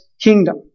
kingdom